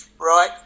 Right